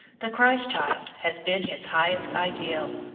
the christ-child has been his highest ideal.